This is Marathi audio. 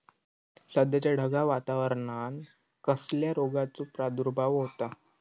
सध्याच्या ढगाळ वातावरणान कसल्या रोगाचो प्रादुर्भाव होता?